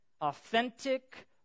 authentic